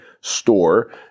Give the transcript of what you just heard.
store